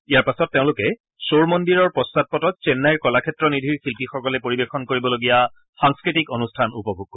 ইয়াৰ পাছত তেওঁলোকে শ্বোৰ মন্দিৰৰ পশ্চাদপটত চেন্নাইৰ কলাক্ষেত্ৰ নিধিৰ শিল্পীসকলে পৰিৱেশন কৰিবলগীয়া সাংস্কৃতিক অনুষ্ঠানো উপভোগ কৰিব